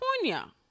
California